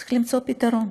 צריך למצוא פתרון.